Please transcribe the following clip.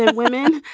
and women.